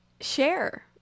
share